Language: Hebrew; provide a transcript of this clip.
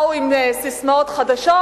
באו עם ססמאות חדשות,